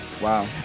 Wow